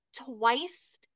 twice